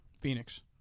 Phoenix